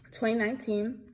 2019